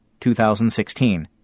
2016